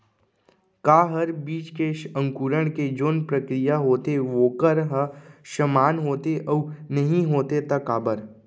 का हर बीज के अंकुरण के जोन प्रक्रिया होथे वोकर ह समान होथे, अऊ नहीं होथे ता काबर?